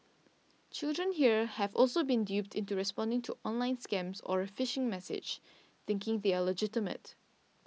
children here have also been duped into responding to online scams or a phishing message thinking they are legitimate